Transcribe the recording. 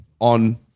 on